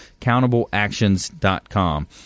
AccountableActions.com